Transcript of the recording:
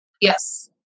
Yes